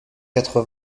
quatre